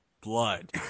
Blood